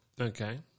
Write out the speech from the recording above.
okay